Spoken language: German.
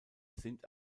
sind